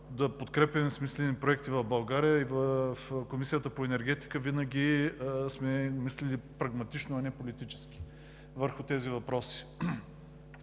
да подкрепяме смислени проекти в България. В Комисията по енергетика винаги сме мислили прагматично, а не политически върху тези въпроси.